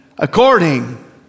According